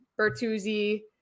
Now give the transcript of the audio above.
Bertuzzi